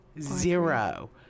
Zero